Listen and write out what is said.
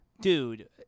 dude –